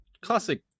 classic